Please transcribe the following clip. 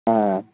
ஆ